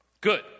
Good